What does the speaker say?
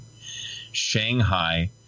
Shanghai